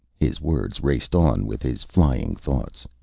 his words raced on with his flying thoughts.